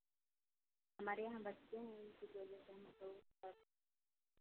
हमारे यहाँ बच्चे हैं इसी वजह से हम लोग सब